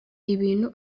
ibintu